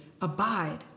abide